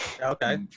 Okay